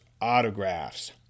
Autographs